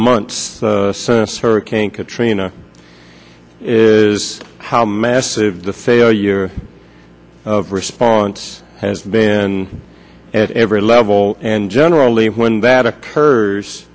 months since hurricane katrina is how massive the failure of response has been at every level and generally when that